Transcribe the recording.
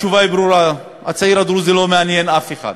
התשובה היא ברורה: הצעיר הדרוזי לא מעניין אף אחד,